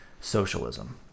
socialism